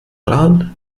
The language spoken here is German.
rahn